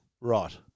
Right